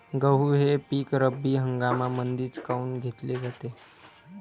गहू हे पिक रब्बी हंगामामंदीच काऊन घेतले जाते?